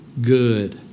good